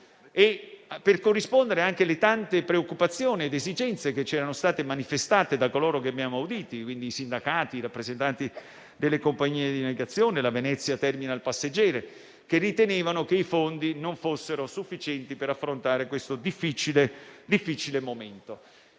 per corrispondere anche alle tante preoccupazioni ed esigenze che ci erano state manifestate da coloro che avevamo audito (sindacati e rappresentanti delle compagnie di navigazione, come la Venezia Terminal Passeggeri), che ritenevano che i fondi non fossero sufficienti per affrontare questo difficile momento.